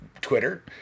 Twitter